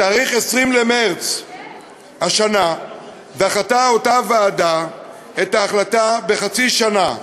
בתאריך 20 במרס השנה דחתה אותה ועדה את ההחלטה בחצי שנה.